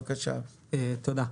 תודה.